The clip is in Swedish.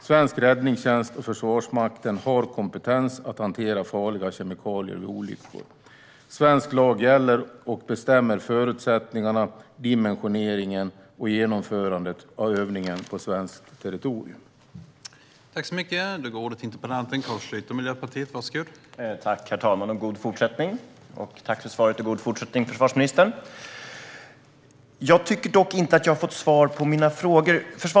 Svensk räddningstjänst och Försvarsmakten har kompetens att hantera farliga kemikalier vid olyckor.